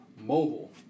Mobile